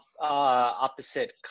opposite